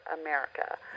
America